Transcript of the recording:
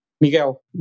Miguel